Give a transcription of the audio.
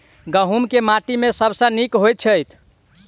गहूम केँ माटि मे सबसँ नीक होइत छै?